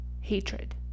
Hatred